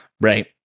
Right